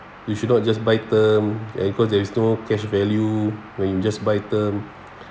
you should not just buy term and because there is no cash value when you just buy term